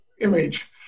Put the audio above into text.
image